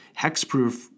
hexproof